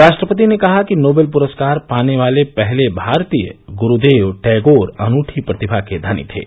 राष्ट्रपति ने कहा कि नोबेल पुरस्कार पाने वाले पहले भारतीय गुरूदेव टैगोर अनूठी प्रतिमा के धनी थे